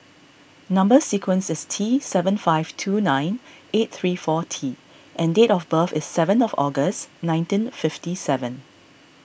Number Sequence is T seven five two nine eight three four T and date of birth is seven of August nineteen fifty seven